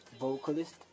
vocalist